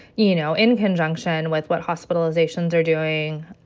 you know, in conjunction with what hospitalizations are doing.